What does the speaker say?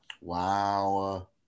Wow